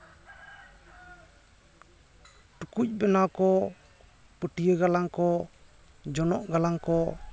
ᱴᱩᱠᱩᱡ ᱵᱮᱱᱟᱣ ᱠᱚ ᱯᱟᱹᱴᱭᱟᱹ ᱜᱟᱞᱟᱝ ᱠᱚ ᱡᱚᱱᱚᱜ ᱜᱟᱞᱟᱝ ᱠᱚ